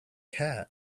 cat